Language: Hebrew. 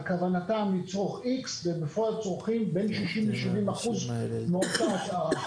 כוונתם לצרוך איקס ובפועל צורכים בין 60% ל-70% מאותה הצהרה.